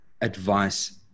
advice